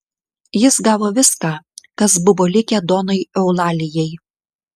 jis gavo viską kas buvo likę donai eulalijai